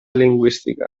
lingüística